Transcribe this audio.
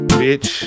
bitch